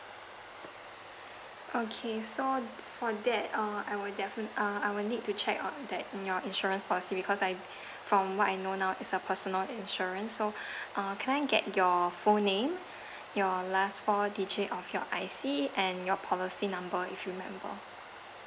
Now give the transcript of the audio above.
okay so for that uh I will I will defin~ uh I will need to check on that in your insurance policy because I from what I know now it's a personal insurance so uh can I get your full name your last four digit of your I_C and your policy number if you remember